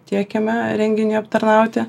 tiekėme renginiui aptarnauti